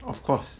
of course